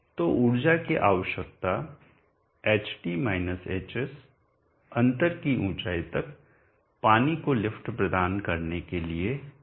तो ऊर्जा की आवश्यकता hd - hs अंतर की ऊंचाई तक पानी को लिफ्ट प्रदान करने के लिए है